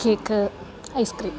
cake icecream